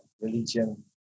religion